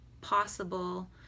possible